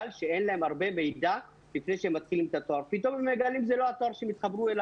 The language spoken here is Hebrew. שאין להם הרבה מידע לפני שהם מתחילים את התואר.